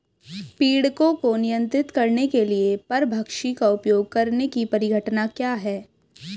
पीड़कों को नियंत्रित करने के लिए परभक्षी का उपयोग करने की परिघटना क्या है?